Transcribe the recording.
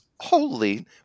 Holy